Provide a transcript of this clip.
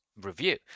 review